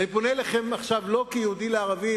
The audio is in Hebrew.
אני פונה אליכם עכשיו לא כיהודי לערבי,